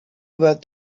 that